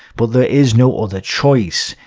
but there is no other choice.